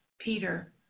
Peter